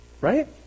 Right